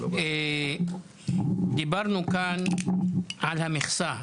דיברנו כאן על המכסה.